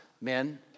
men